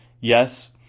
Yes